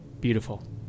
Beautiful